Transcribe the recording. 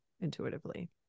intuitively